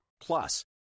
Plus